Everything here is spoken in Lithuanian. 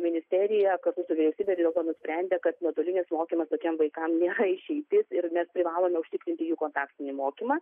ministerija kartu su vyriausybe vis dėlto nusprendė kad nuotolinis mokymas tokiem vaikam nėra išeitis ir mes privalome užtikrinti jų kontaktinį mokymą